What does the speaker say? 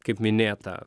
kaip minėta